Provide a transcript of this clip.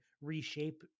reshape